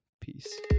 Peace